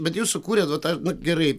bet jūs sukūrėt va tą nu gerai